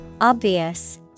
Obvious